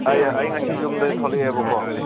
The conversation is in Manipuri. ꯑꯩ ꯉꯁꯤ ꯌꯨꯝꯗ ꯊꯣꯛꯂꯛꯑꯦꯕꯀꯣ